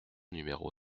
numéro